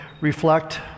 reflect